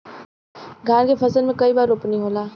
धान के फसल मे कई बार रोपनी होला?